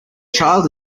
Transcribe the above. child